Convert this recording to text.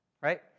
Right